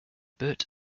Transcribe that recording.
burt